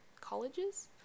Colleges